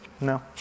no